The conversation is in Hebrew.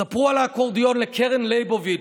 ספרו על האקורדיון לקרן לייבוביץ',